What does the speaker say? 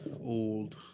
old